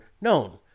known